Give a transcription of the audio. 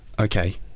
Okay